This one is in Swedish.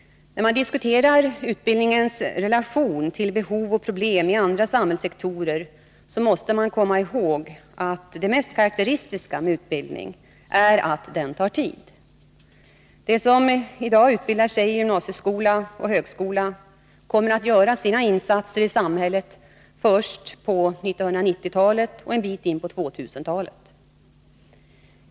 När man diskuterar utbildningens relation till behov och problem i andra samhällssektorer, måste man komma ihåg att det mest karakteristiska med utbildning är att den tar tid. De som i dag utbildar sig i gymnasieskola och högskola kommer att göra sina insatser i samhället först på 1990-talet och en bit in på 2000-talet.